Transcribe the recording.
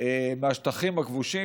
מהשטחים הכבושים,